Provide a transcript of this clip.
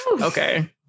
okay